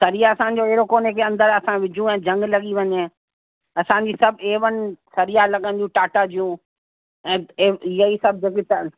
सरिया असांजो अहिड़ो कोन्हे की अंदरि असां विझूं ऐं जंग लॻी वञे असांजी सभु ए वन सरिया लॻंदियूं टाटा जी ऐं ए इहा ई सभु जो बि तव्हां